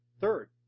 Third